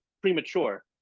premature